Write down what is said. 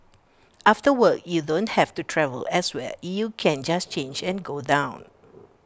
after work you don't have to travel elsewhere you can just change and go down